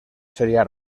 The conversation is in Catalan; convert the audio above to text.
seria